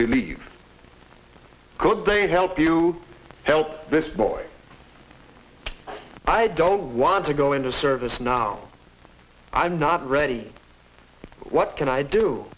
could they help you help this boy i don't want to go into service now i'm not ready what can i do